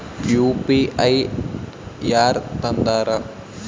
UPI ಯಾರ್ ತಂದಾರ?